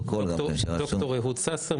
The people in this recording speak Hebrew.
ד"ר אהוד ססר,